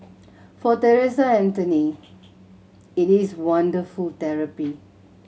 for Theresa Anthony it is wonderful therapy